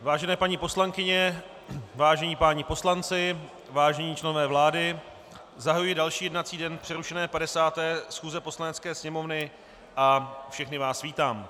Vážené paní poslankyně, vážení páni poslanci, vážení členové vlády, zahajuji další jednací den přerušené 50. schůze Poslanecké sněmovny a všechny vás vítám.